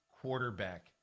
quarterback